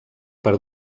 per